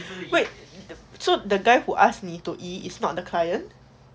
wait so the guy who ask you 你 to 移 is not the client